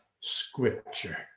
scripture